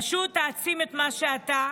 פשוט תעצים את מה שאתה.